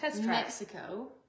Mexico